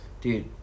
Dude